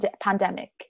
pandemic